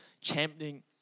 championing